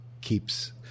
keeps